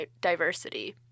diversity